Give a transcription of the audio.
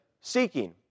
seeking